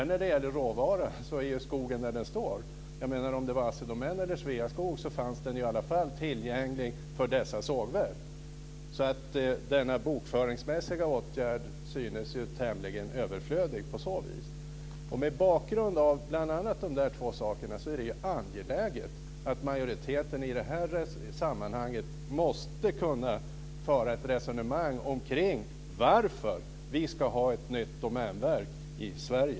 När det gäller råvaran står skogen där den står. Om det var Assi Domän eller Sveaskog fanns den i alla fall tillgänglig för dessa sågverk. Den här bokföringsmässiga åtgärden synes tämligen överflödig. Mot bakgrund av bl.a. de två sakerna är det angeläget att majoriteten i det här sammanhanget kan föra ett resonemang kring varför vi ska ha ett nytt domänverk i Sverige.